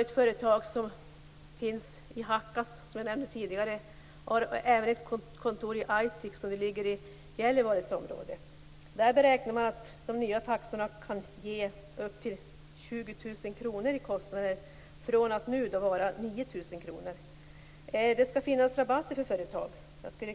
Ett företag som finns i Hakkas, som jag nämnde tidigare, har även ett kontor i Aitik som ligger inom Gällivares område. De beräknar att de nya taxorna kan ge upp till 20 000 kr i kostnader jämfört med 9 000 kr nu. Det skall finnas rabatter för företag. Jag skulle